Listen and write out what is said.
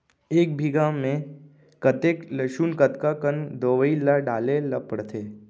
एक बीघा में कतेक लहसुन कतका कन दवई ल डाले ल पड़थे?